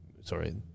sorry